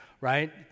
right